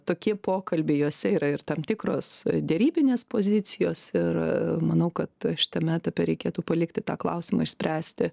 tokie pokalbiai juose yra ir tam tikros derybinės pozicijos ir manau kad šitame etape reikėtų palikti tą klausimą išspręsti